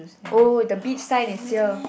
oh the beach sign is here